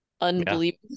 unbelievable